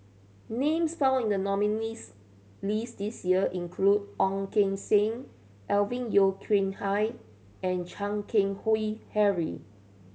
names found in the nominees' list this year include Ong Keng Sen Alvin Yeo Khirn Hai and Chan Keng Howe Harry